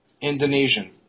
Indonesian